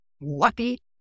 lucky